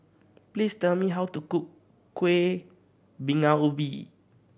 please tell me how to cook Kueh Bingka Ubi